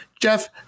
Jeff